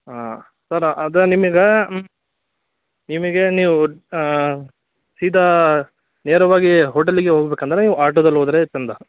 ಹಾಂ ಸರ್ ಅದು ನಿಮ್ಗೆ ನಿಮಗೆ ನೀವು ಸೀದಾ ನೇರವಾಗಿ ಹೋಟೆಲಿಗೆ ಹೋಗಬೇಕಂದ್ರೆ ನೀವು ಆಟೋದಲ್ಲಿ ಹೋದರೆ ಚೆಂದ